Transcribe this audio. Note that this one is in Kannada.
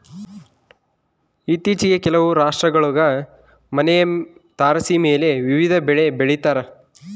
ಇತ್ತೀಚಿಗೆ ಕೆಲವು ರಾಷ್ಟ್ರಗುಳಾಗ ಮನೆಯ ತಾರಸಿಮೇಲೆ ವಿವಿಧ ಬೆಳೆ ಬೆಳಿತಾರ